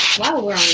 while we're